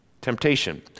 Temptation